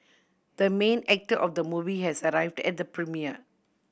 the main actor of the movie has arrived at the premiere